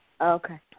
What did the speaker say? okay